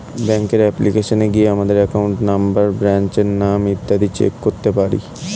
ব্যাঙ্কের অ্যাপ্লিকেশনে গিয়ে আমাদের অ্যাকাউন্ট নম্বর, ব্রাঞ্চের নাম ইত্যাদি চেক করতে পারি